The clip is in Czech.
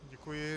Děkuji.